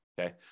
okay